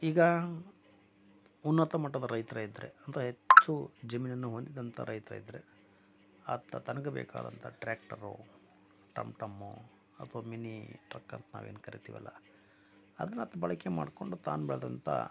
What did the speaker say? ಈಗ ಉನ್ನತ ಮಟ್ಟದ ರೈತರೆ ಇದ್ದರೆ ಅಂದರೆ ಹೆಚ್ಚು ಜಮೀನನ್ನು ಹೊಂದಿದಂತ ರೈತ ಇದ್ದರೆ ಆತ ತನಗೆ ಬೇಕಾದಂತ ಟ್ರ್ಯಾಕ್ಟರು ಟಮ್ಟಮ್ಮೋ ಅಥವಾ ಮಿನಿ ಟ್ರಕ್ ಅಂತ ನಾವೇನು ಕರಿತಿವಲ್ಲ ಅದ್ನ ಆತ ಬಳಕೆ ಮಾಡಿಕೊಂಡು ತಾನು ಬೆಳೆದಂತ